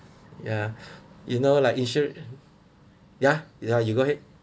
ya you know like insur~ ya ya you go ahead